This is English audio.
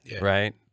right